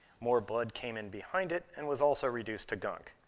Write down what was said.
more blood came in behind it and was also reduced to gunk.